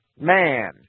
man